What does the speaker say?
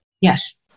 Yes